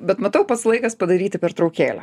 bet matau pats laikas padaryti pertraukėlę